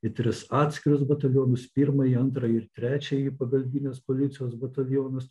į tris atskirus batalionus pirmąjį antrąjį ir trečiąjį pagalbinės policijos batalionus